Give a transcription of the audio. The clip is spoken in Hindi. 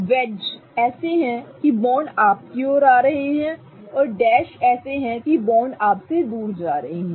वेज ऐसे हैं कि बॉन्ड आपकी ओर आ रहे हैं और डैश ऐसे हैं कि बॉन्ड आपसे दूर जा रहे हैं